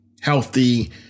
healthy